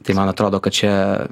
tai man atrodo kad čia